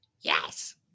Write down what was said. Yes